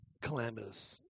calamitous